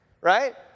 right